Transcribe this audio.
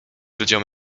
ludziom